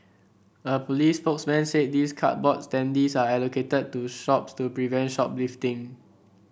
a police spokesman said these cardboard standees are allocated to shops to prevent shoplifting